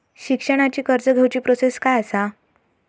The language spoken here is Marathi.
शिक्षणाची कर्ज घेऊची प्रोसेस काय असा?